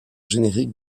générique